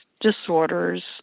disorders